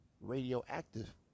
radioactive